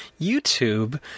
YouTube